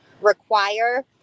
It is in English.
require